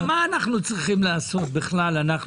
תגידי, מה אנחנו צריכים בכלל לעשות בכנסת?